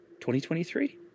2023